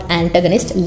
antagonist